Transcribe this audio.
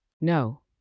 No